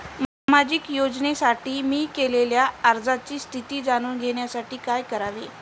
सामाजिक योजनेसाठी मी केलेल्या अर्जाची स्थिती जाणून घेण्यासाठी काय करावे?